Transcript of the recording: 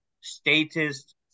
statist